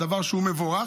דבר שהוא מבורך.